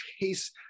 Chase